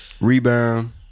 rebound